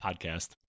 Podcast